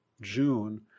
June